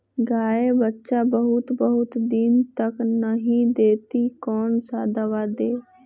गाय बच्चा बहुत बहुत दिन तक नहीं देती कौन सा दवा दे?